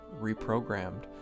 reprogrammed